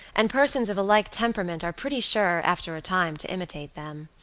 and persons of a like temperament are pretty sure, after a time, to imitate them.